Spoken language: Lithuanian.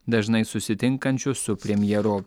dažnai susitinkančiu su premjeru